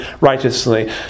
righteously